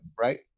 right